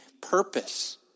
purpose